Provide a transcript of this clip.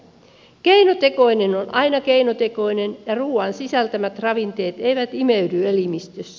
keinotekoinen on aina keinotekoinen ja ruuan sisältämät ravinteet eivät imeydy elimistössä